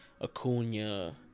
Acuna